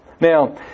Now